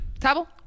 Table